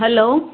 hello